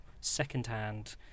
second-hand